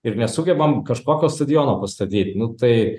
ir nesugebam kažkokio stadiono pastatyt nu tai